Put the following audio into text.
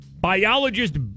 Biologist